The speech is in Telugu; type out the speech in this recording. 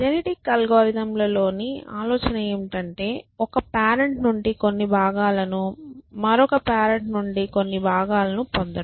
జెనెటిక్ అల్గోరిథంలలోని ఆలోచన ఏమిటంటే ఒక పేరెంట్ నుండి కొన్ని భాగాలను మరియు మరొక పేరెంట్ నుండి కొన్ని భాగాలను పొందడం